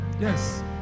yes